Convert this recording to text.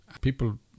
people